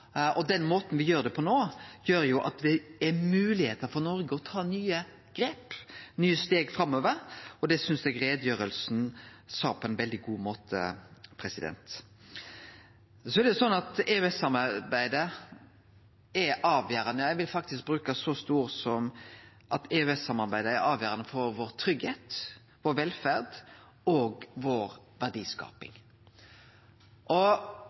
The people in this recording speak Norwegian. og den måten me gjer det på no, gjer at Noreg har moglegheiter til å ta nye grep, nye steg framover, og det synest eg utgreiinga sa på ein veldig god måte. EØS-samarbeidet er avgjerande – eg vil faktisk bruke så store ord – for tryggleiken vår, velferda vår og verdiskapinga vår.